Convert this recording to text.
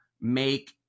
make